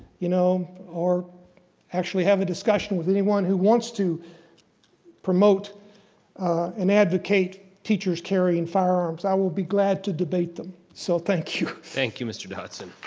you know, or actually have a discussion with anyone who wants to promote and advocate teachers carrying firearms. i will be glad to debate them. so thank you. thank you, mr. dotson.